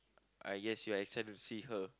I guess you're excited to see her